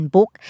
Book